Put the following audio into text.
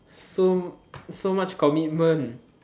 so so much commitment